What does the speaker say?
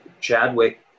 Chadwick